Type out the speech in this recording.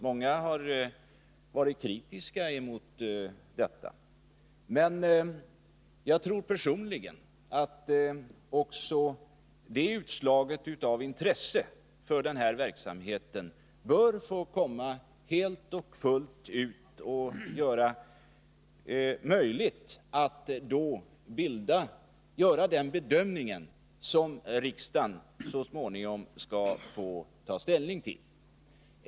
Många har varit kritiska mot detta, men jag tror personligen att också detta utslag av intresse för den här verksamheten helt och fullt bör få komma till uttryck, för att det skall bli möjligt att göra en bedömning som riksdagen så småningom får ta ställning till.